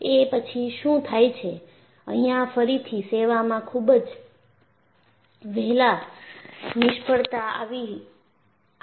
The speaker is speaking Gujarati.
એ પછી શું થાય છે અહીંયાં ફરીથી સેવામાં ખૂબ જ વહેલાં નિષ્ફળતા આવી જાય છે